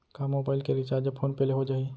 का मोबाइल के recharge PhonePe ले हो जाही?